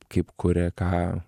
kaip kuria ką